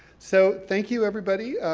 so, thank you everybody,